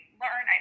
learn